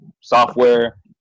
software